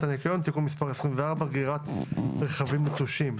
הניקיון (תיקון מס' 24) (גרירת רכבים נטושים),